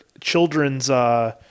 children's –